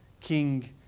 King